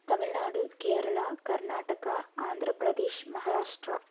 Tamil Nadu Kerala Karnataka Andhra Pradesh Maharashtra